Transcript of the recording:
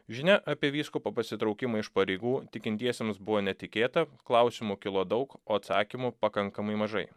žinia apie vyskupo pasitraukimą iš pareigų tikintiesiems buvo netikėta klausimų kilo daug o atsakymų pakankamai mažai